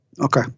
Okay